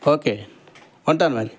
okay ఉంటాను మరి